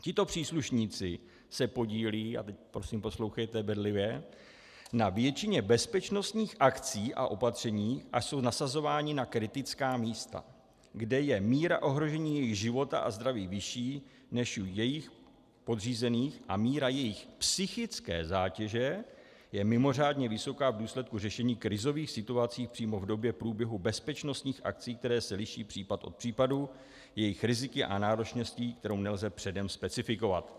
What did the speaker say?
Tito příslušníci se podílejí a teď prosím poslouchejte bedlivě na většině bezpečnostních akcí a opatření a jsou nasazováni na kritická místa, kde je míra ohrožení jejich života a zdraví vyšší než u jejich podřízených a míra jejich psychické zátěže je mimořádně vysoká v důsledku řešení krizových situací přímo v době průběhu bezpečnostních akcí, které se liší případ od případu jejich riziky a náročností, kterou nelze předem specifikovat.